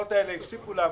החברות האלה הפסיקו לעבוד,